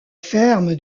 ferme